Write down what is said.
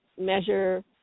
measure